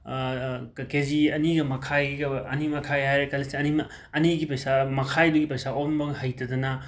ꯀꯦꯖꯤ ꯑꯅꯤꯒ ꯃꯈꯥꯏꯒ ꯑꯅꯤ ꯃꯈꯥꯏ ꯍꯥꯏꯔꯦ ꯈꯜꯂꯁꯤ ꯑꯅꯤꯃ ꯑꯅꯤꯒꯤ ꯄꯩꯁꯥ ꯃꯈꯥꯏꯗꯨꯒꯤ ꯄꯩꯁꯥ ꯑꯣꯟꯕ ꯍꯩꯇꯗꯅ